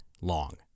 long